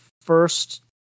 first